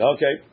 Okay